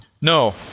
No